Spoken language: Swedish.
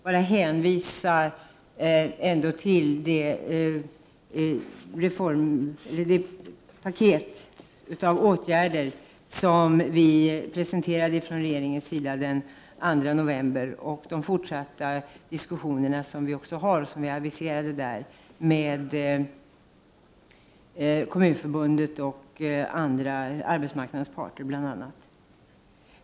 Jag vill då hänvisa till det paket av åtgärder som vi i regeringen presenterade den 2 november och de fortsatta diskussioner med Kommunförbundet och bl.a. arbetsmarknadens parter som då aviserades och som vi har.